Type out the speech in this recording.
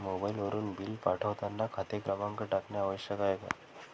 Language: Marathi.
मोबाईलवरून बिल पाठवताना खाते क्रमांक टाकणे आवश्यक आहे का?